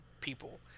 people